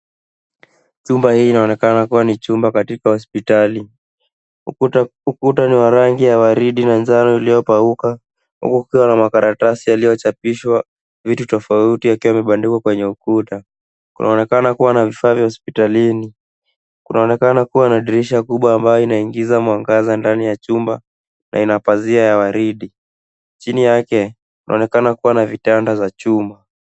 Chumba hii inaonekana kuwa ni chumba katika hospitali. Ukuta ni rangi ya waridi na njano iliyopauka huku kukiwa na makaratasi yaliyochapishwa vitu tofauti yakiwa yamebandikwa kwenye ukuta. Kunaonekana kuwa na vifaa vya hospitalini. Kunaonekana kuwa na dirisha kubwa ambayo inaingiza mwangaza ndani ya chumba na ina pazia ya waridi. Chini yake kunaonekana kuwa na vitanda za chumba.